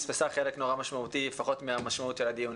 פספסה חלק נורא משמעותי לפחות מהמשמעות של הדיון.